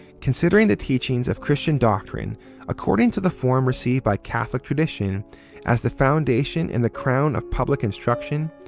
considering the teaching of christian doctrine according to the form received by catholic tradition as the foundation and the crown of public instruction,